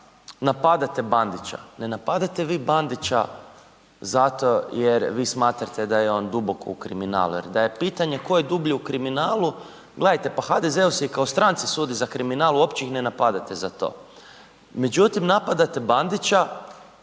napadate Bandića ne napadate vi Bandića zato je vi smatrate da je on duboko u kriminalu jer da je pitanje tko je dublje u kriminalu, gledajte pa HDZ-u se i kao stranci sudi za kriminal uopće ih ne napadate za to. Međutim, napadate Bandića.